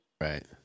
Right